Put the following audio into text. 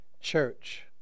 church